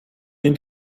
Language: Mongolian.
энэ